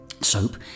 soap